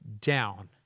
down